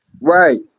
Right